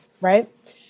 Right